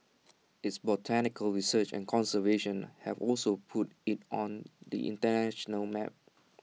its botanical research and conservation have also put IT on the International map